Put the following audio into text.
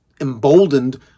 emboldened